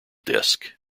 disc